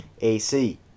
AC